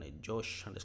Josh